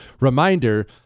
Reminder